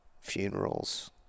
funerals